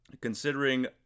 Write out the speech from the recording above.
considering